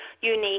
unique